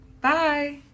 Bye